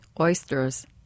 Oysters